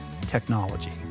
technology